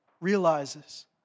realizes